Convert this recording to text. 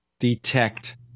detect